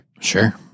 Sure